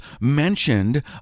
mentioned